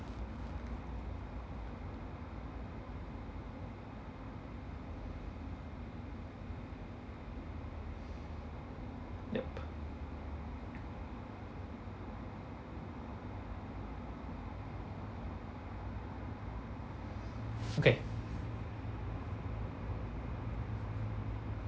yup okay